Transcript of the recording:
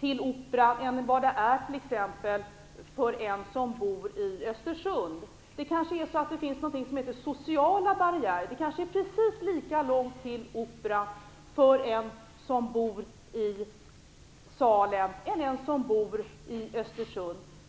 till Operan än vad det är för den som t.ex. bor i Östersund? Det finns någonting som heter sociala barriärer. Det är kanske precis lika långt till Operan för den som bor i Salem som det är för den som bor i Östersund.